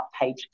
page